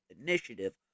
Initiative